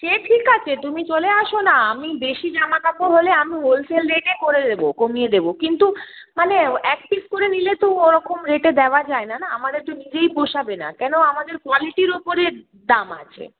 সে ঠিক আছে তুমি চলে আসো না আমি বেশি জামা কাপড় হলে আমি হোলসেল রেটে করে দেবো কমিয়ে দেবো কিন্তু মানে এক পিস করে নিলে তো ওরকম রেটে দেওয়া যায় না না আমাদের তো নিজেই পোষাবে না কেন আমাদের কোয়ালিটির ওপরে দাম আছে